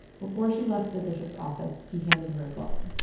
before she left the bishop's office, he handed her a book,